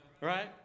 right